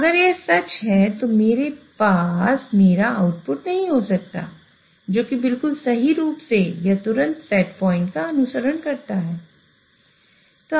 अगर यह सच है तो मेरे पास मेरा आउटपुट नहीं हो सकता है जो कि बिल्कुल सही रूप से या तुरंत सेट प्वाइंट का अनुसरण करता है